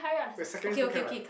the second is good cam right